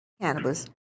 cannabis